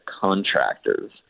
contractors